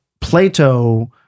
plato